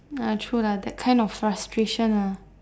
ah true lah that kind of frustration lah